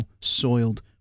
soiled